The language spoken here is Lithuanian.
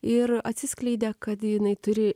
ir atsiskleidė kad jinai turi